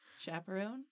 Chaperone